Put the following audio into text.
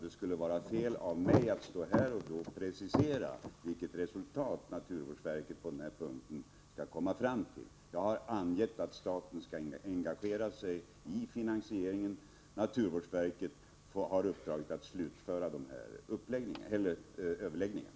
Det skulle vara fel av mig att då precisera vilket resultat naturvårdsverket på den här punkten skall komma fram till. Jag har angett att staten skall engagera sig i finansieringen. Naturvårdsverket har uppdraget att slutföra överläggningarna.